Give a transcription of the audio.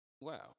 wow